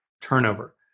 Turnover